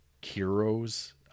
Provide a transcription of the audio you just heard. heroes